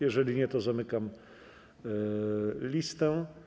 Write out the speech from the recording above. Jeżeli nie, to zamykam listę.